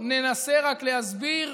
בואו ננסה רק להסביר,